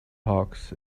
hawks